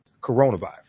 coronavirus